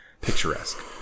picturesque